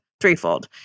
threefold